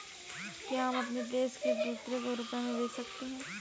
क्या हम अपने देश से दूसरे देश में रुपये भेज सकते हैं?